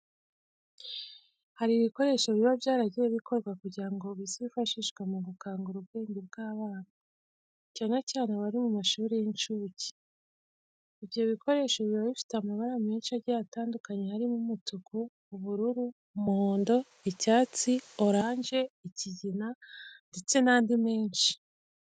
Hari ibikoresho biba byaragiye bikorwa kugira ngo bizifashishwe mu gukangura ubwenge bw'abana, cyane cyane abari mu mashuri y'incuke. Ibyo bikoresho biba bifite amabara menshi agiye atandukanye harimo umutuku, ubururu, umuhondo, icyatsi, oranje, ikigina ndetse n'andi menshi.